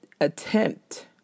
attempt